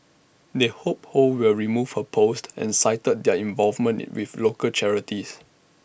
they hope ho will remove her post and cited their involvement with local charities